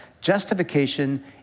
justification